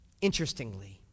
interestingly